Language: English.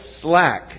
slack